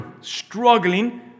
struggling